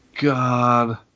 God